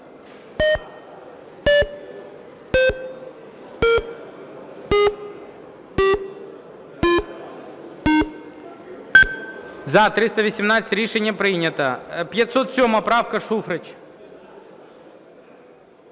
За-318 Рішення прийнято. 507 правка. Шуфрич.